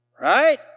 right